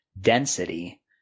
density